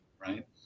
right